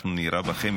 אנחנו נירה בכם,